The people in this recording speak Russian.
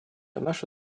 наши